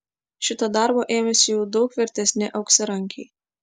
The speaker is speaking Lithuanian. šito darbo ėmėsi jau daug vertesni auksarankiai